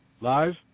Live